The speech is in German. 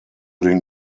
den